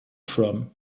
from